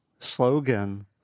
slogan